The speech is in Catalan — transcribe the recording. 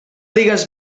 digues